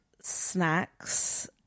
snacks